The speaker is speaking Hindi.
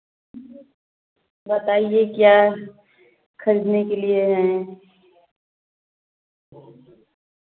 बताईए क्या खरीदने के लिए हैं